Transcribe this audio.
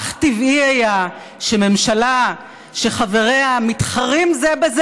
אך טבעי היה שממשלה שחבריה מתחרים זה בזה